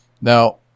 Now